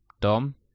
Dom